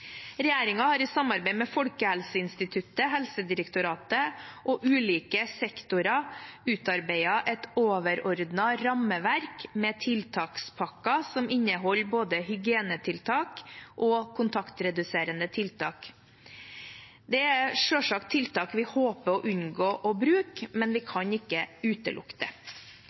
har i samarbeid med Folkehelseinstituttet, Helsedirektoratet og ulike sektorer utarbeidet et overordnet rammeverk med tiltakspakker som inneholder både hygienetiltak og kontaktreduserende tiltak. Dette er selvsagt tiltak vi håper å unngå å bruke, men vi kan ikke utelukke det.